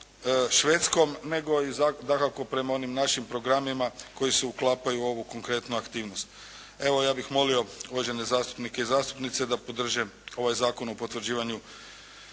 Švedskom nego i dakako prema onim našim programima koji se uklapaju u ovu konkretnu aktivnost. Evo, ja bih molio uvažene zastupnike i zastupnice da podrže ovaj Zakon o potvrđivanju